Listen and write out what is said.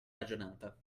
ragionata